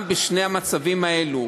גם בשני המצבים האלה.